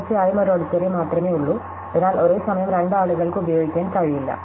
തീർച്ചയായും ഒരു ഓഡിറ്റോറിയം മാത്രമേ ഉള്ളൂ അതിനാൽ ഒരേ സമയം രണ്ട് ആളുകൾക്ക് ഉപയോഗിക്കാൻ കഴിയില്ല